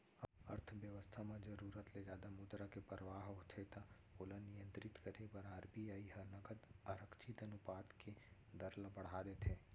अर्थबेवस्था म जरुरत ले जादा मुद्रा के परवाह होथे त ओला नियंत्रित करे बर आर.बी.आई ह नगद आरक्छित अनुपात के दर ल बड़हा देथे